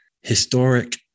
historic